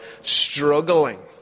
struggling